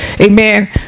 Amen